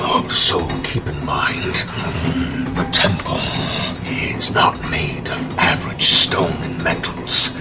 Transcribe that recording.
so keep in mind the temple is not made of average stolen metals.